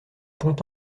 pont